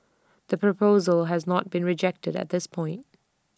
the proposal has not been rejected at this point